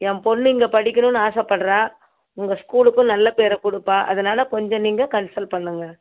என் பொண்ணு இங்கே படிக்கணும்னு ஆசைப்பட்றா உங்கள் ஸ்கூலுக்கும் நல்ல பேரை கொடுப்பா அதனால் கொஞ்சம் நீங்கள் கன்சல்ட் பண்ணுங்கள்